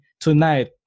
tonight